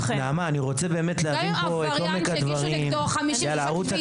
אבל נעמה אני רוצה באמת להבין פה את עומק הדברים,